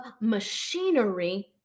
machinery